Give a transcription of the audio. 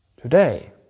Today